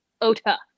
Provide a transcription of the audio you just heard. Ota